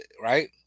right